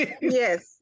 Yes